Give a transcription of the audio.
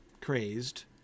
crazed